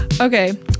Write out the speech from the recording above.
Okay